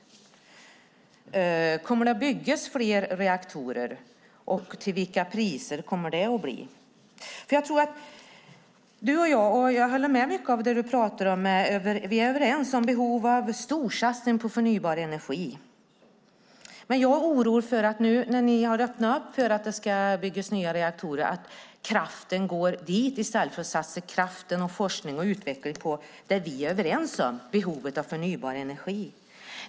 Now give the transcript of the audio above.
Kommer det att byggas flera reaktorer, och vilka priser kommer det att bli? Vi är överens om behovet av storsatsning på förnybar energi. Men när ni har öppnat upp för att det ska byggas nya reaktorer är jag orolig för att kraften går dit i stället för att kraften, forskningen och utvecklingen satsas på det vi är överens om, behovet av förnybar energi.